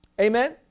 Amen